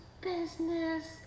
business